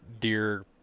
deer